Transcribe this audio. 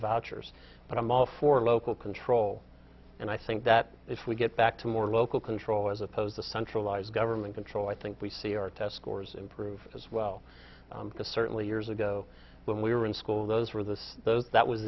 vouchers but i'm all for local control and i think that if we get back to more local control as opposed to centralized government control i think we see our test scores improve as well because certainly years ago when we were in school those were the th